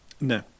No